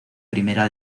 primera